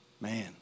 Man